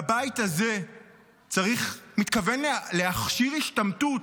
והבית הזה מתכוון להכשיר השתמטות